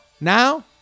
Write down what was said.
now